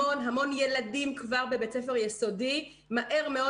המון ילדים כבר בבית ספר יסודי מהר מאוד